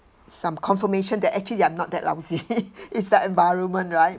some confirmation that actually ya I'm not that lousy is that environment right